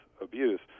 abuse